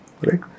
right